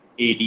AD